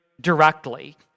directly